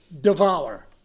devour